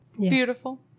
beautiful